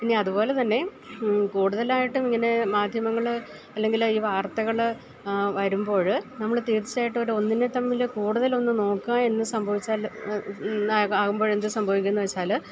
ഇനി അതുപോലെത്തന്നെ കൂടുതലായിട്ടും ഇങ്ങനെ മാധ്യമങ്ങള് അല്ലെങ്കില് ഈ വാർത്തകള് വരുമ്പോള് നമ്മള് തീർച്ചയായിട്ടും ഓരോന്നിനെ തമ്മില് കൂടുതലൊന്ന് നോക്കുകയെന്ന് ആകുമ്പോഴെന്ത് സംഭവിക്കുമെന്നുവെച്ചാല്